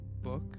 book